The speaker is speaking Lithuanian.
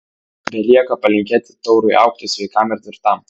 belieka palinkėti taurui augti sveikam ir tvirtam